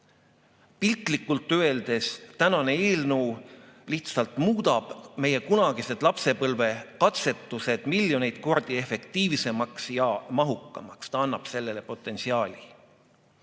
Piltlikult öeldes, tänane eelnõu lihtsalt muudab meie kunagised lapsepõlvekatsetused miljoneid kordi efektiivsemaks ja mahukamaks, ta annab neile potentsiaali.